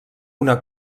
una